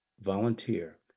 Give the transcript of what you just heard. volunteer